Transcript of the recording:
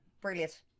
Brilliant